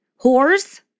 whores